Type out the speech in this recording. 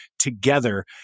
together